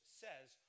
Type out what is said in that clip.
says